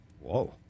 Whoa